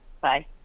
Bye